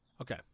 Okay